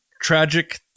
tragic